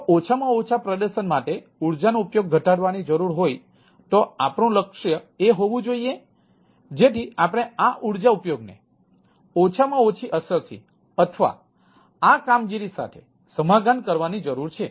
જો ઓછામાં ઓછા પ્રદર્શન માટે ઊર્જાનો ઉપયોગ ઘટાડવાની જરૂર હોય તો આપણું લક્ષ્ય એ હોવું જોઈએ જેથી આપણે આ ઊર્જા ઉપયોગને ઓછામાં ઓછી અસરથી અથવા આ કામગીરી સાથે સમાધાન કરવાની જરૂર છે